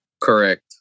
Correct